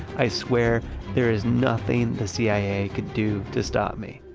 i swear there is nothing the cia could do to stop me.